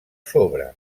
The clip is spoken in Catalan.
sobre